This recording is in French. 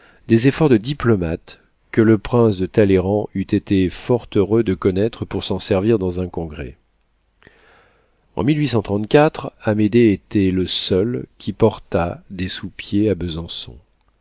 des efforts de diplomatie que le prince de talleyrand eût été fort heureux de connaître pour s'en servir dans un congrès en amédée était le seul qui portât des sous-pieds à besançon